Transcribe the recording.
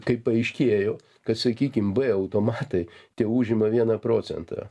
kai paaiškėjo kad sakykim b automatai teužima vieną procentą